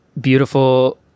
beautiful